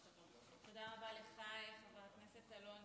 תודה רבה לך, חבר הכנסת אלון